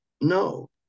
No